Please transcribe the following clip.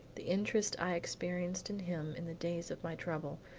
the interest i experienced in him in the days of my trouble,